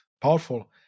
Powerful